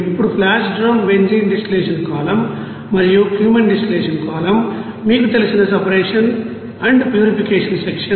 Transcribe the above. ఇప్పుడు flash drum benzene distillation column మరియు cumene distillation column మీకుతెలిసిన సెపరేషన్ అండ్ ప్యూరిఫికేషన్ సెక్షన్